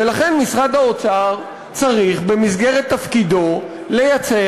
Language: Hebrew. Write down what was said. ולכן משרד האוצר צריך במסגרת תפקידו לייצר